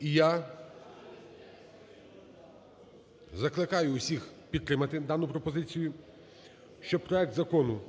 І я закликаю усіх підтримати дану пропозицію, щоб проект Закону